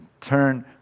turn